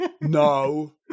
No